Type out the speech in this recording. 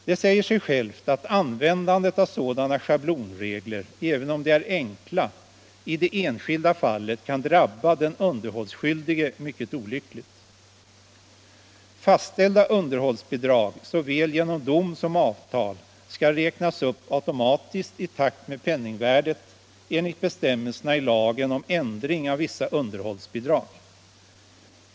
Det säger sig självt att användandet av sådana schablonregler — även om de är enkla — i det enskilda fallet kan drabba den underhållsskyldige mycket olyckligt. Fastställda underhållsbidrag — såväl genom dom som genom avtal — skall räknas upp automatiskt i takt med penningvärdet enligt bestämmelserna i lagen om ändring av vissa underhållsbidrag.